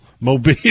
Mobile